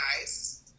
guys